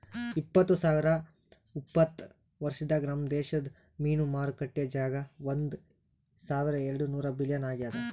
ಇಪ್ಪತ್ತು ಸಾವಿರ ಉಪತ್ತ ವರ್ಷದಾಗ್ ನಮ್ ದೇಶದ್ ಮೀನು ಮಾರುಕಟ್ಟೆ ಜಾಗ ಒಂದ್ ಸಾವಿರ ಎರಡು ನೂರ ಬಿಲಿಯನ್ ಆಗ್ಯದ್